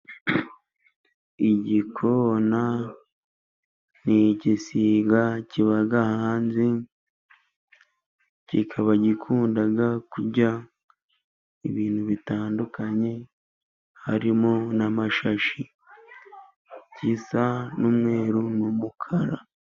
Igikona nigisiga kiba hanze, kikaba gikunda kurya ibintu, bitandukanye harimo n'amashashi, gisa n'umweru numukara.